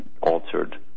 altered